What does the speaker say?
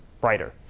brighter